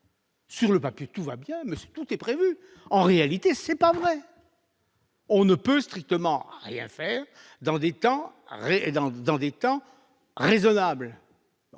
Sur le papier, tout va bien, monsieur, tout est prévu, en réalité, c'est pas vrai. On ne peut strictement rien faire dans des temps réel dans